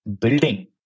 building